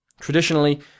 Traditionally